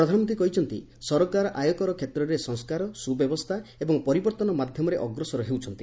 ପ୍ରଧାନମନ୍ତ୍ରୀ କହିଛନ୍ତି ସରକାର ଆୟକର କ୍ଷେତ୍ରରେ ସଂସ୍କାର ସୁବ୍ୟବସ୍ଥା ଏବଂ ପରିବର୍ତ୍ତନ ମାଧ୍ୟମରେ ଅଗ୍ରସର ହେଉଛନ୍ତି